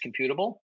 computable